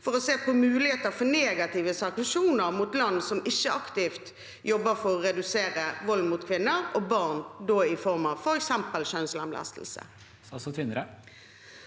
for å se på muligheter for negative sanksjoner mot land som ikke aktivt jobber for å redusere vold mot kvinner og barn, i form av f.eks. kjønnslemlestelse.